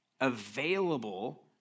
available